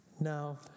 Now